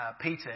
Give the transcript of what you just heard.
Peter